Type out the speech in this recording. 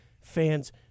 fans